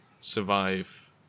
survive